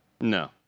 No